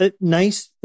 nice